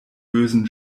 bösen